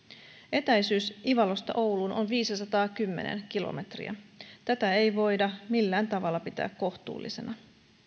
etäisyys ivalosta ouluun on viisisataakymmentä kilometriä tätä ei voida millään tavalla pitää kohtuullisena